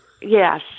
yes